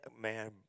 man